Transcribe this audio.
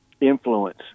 influence